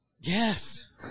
Yes